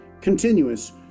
continuous